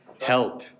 help